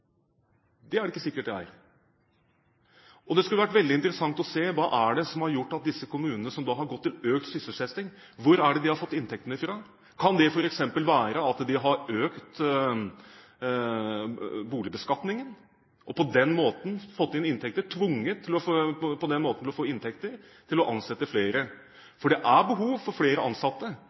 Det er det ikke sikkert de er. Og det skulle vært veldig interessant å se hvor disse kommunene som har gått til økt sysselsetting, har fått inntektene fra. Kan det f.eks. være at de har økt boligbeskatningen, at de har vært tvunget til på den måten å få inn inntekter til å ansette flere? For det er behov for flere ansatte,